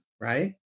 right